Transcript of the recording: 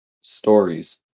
stories